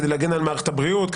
כדי להגן על מערכת הבריאות,